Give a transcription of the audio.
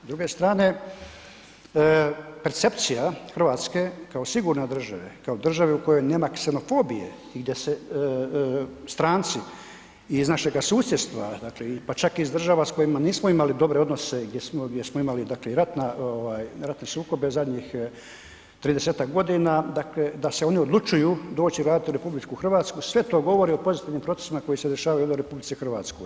S druge strane percepcija Hrvatske kao sigurne države, kao države u kojoj nema ksenofobije i gdje se stranci iz našega susjedstva pa čak i država s kojima nismo imali dobre odnose, gdje smo imali ratne sukobe zadnjih 30-ak godina da se oni odlučuju doći raditi u RH sve to govori o pozitivnim procesima koji se dešavaju u RH.